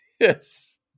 Yes